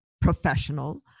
professional